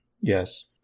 Yes